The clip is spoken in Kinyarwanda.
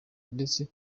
ndetse